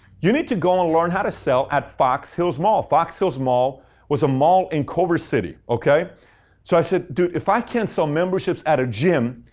you need to go and learn how to sell at fox hills mall. fox hills mall was a mall in culver city, okay? so i said, dude, if i can't sell memberships at a gym,